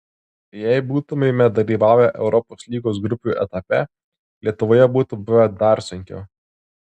jei būtumėme dalyvavę europos lygos grupių etape lietuvoje būtų buvę dar sunkiau